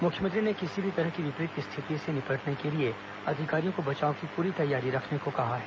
मुख्यमंत्री ने किसी भी तरह की विपरीत परिस्थिति से निपटने के लिए अधिकारियों को बचाव की पूरी तैयारी रखने को कहा है